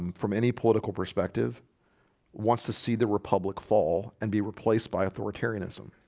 from any political perspective wants to see the republic fall and be replaced by authoritarianism.